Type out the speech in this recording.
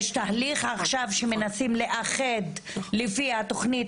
יש תהליך עכשיו שמנסים לאחד לפי התוכנית